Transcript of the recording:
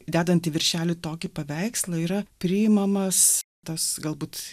dedant į viršelį tokį paveikslą yra priimamas tas galbūt